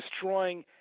destroying